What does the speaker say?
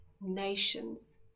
nations